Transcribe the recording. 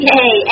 Yay